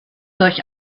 durch